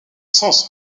sens